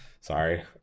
Sorry